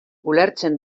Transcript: ulertzen